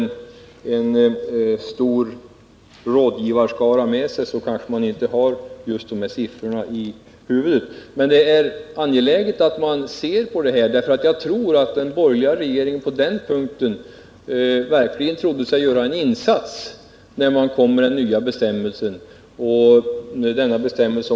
Även om den rådgivarskara som statsrådet har med sig är stor, kanske den inte har dessa siffror tillgängliga. Men det är angeläget att man undersöker detta, eftersom jag tror att den borgerliga trepartiregeringen på den punkten verkligen menade sig göra en insats genom införandet av den nya bestämmelsen.